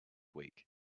week